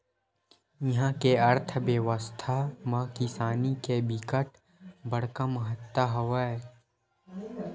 इहा के अर्थबेवस्था म किसानी के बिकट बड़का महत्ता हवय